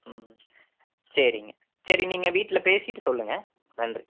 சரிங்க சரி நீங்கள் வீட்டில் பேசிவிட்டு சொல்லுங்கள் நன்றி